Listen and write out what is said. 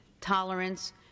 tolerance